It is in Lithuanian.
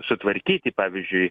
sutvarkyti pavyzdžiui